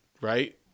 Right